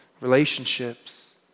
relationships